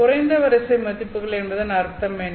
குறைந்த வரிசை மதிப்புகள் என்பதன் அர்த்தம் என்ன